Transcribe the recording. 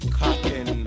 cotton